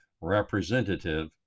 representative